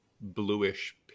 bluish